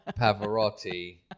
Pavarotti